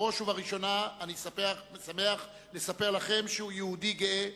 בראש ובראשונה אני שמח לספר לכם שהוא יהודי גאה,